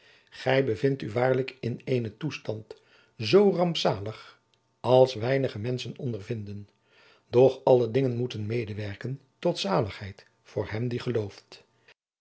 gij bevindt u waarlijk in eenen toestand zoo jacob van lennep de pleegzoon rampzalig als weinige menschen ondervinden doch alle dingen moeten medewerken tot zaligheid voor hem die gelooft